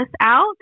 out